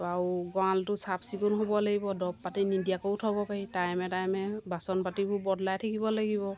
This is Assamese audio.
আৰু গঁড়ালটো চাফচিকুণ হ'ব লাগিব দৰৱ পাতি নিদিয়াকৈও থ'ব পাৰি টাইমে টাইমে বাচন পাতিবোৰ বদলাই থাকিব লাগিব